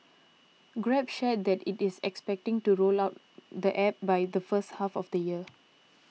grab shared that it is expecting to roll out the App by the first half of the year